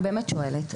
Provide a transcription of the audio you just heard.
אני באמת שואלת,